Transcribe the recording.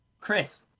Chris